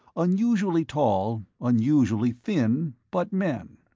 unusually tall, unusually thin, but men.